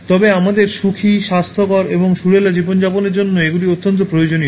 তবে আমাদের সুখী স্বাস্থ্যকর এবং সুরেলা জীবনযাপনের জন্য এগুলি অত্যন্ত প্রয়োজনীয়